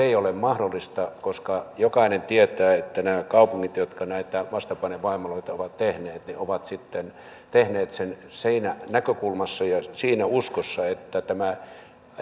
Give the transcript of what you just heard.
ei ole mahdollista koska jokainen tietää että nämä kaupungit jotka näitä vastapainevoimaloita ovat tehneet ovat tehneet sen siitä näkökulmasta ja siinä uskossa että tämä